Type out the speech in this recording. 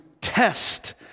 test